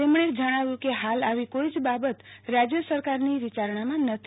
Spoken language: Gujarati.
તેમણે જણાવ્યું કે હાલ આવી કોઈ જ બાબત રાજય સરકારની વીચારણામાં નથી